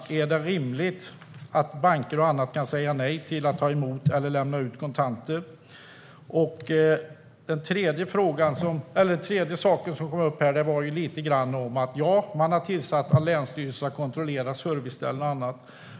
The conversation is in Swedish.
Är det rimligt att banker kan säga nej till att ta emot eller lämna ut kontanter? Den tredje saken som kom upp här handlade om att man har sagt till att länsstyrelsen ska kontrollera serviceställen och annat.